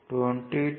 444 22